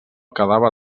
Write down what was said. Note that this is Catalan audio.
quedava